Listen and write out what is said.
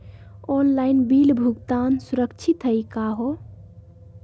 Online bill भुगतान सुरक्षित हई का हो?